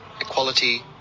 equality